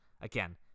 Again